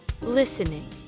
listening